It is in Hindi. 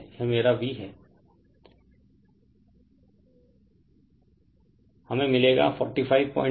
यह मेरा v रेफेर टाइम 3457 है